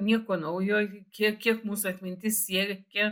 nieko naujo kiek kiek mūsų atmintis siekia